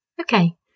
Okay